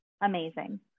amazing